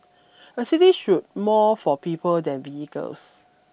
a city should more for people than vehicles